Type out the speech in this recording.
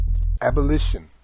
Abolition